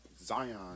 Zion